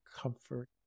comfort